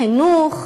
חינוך,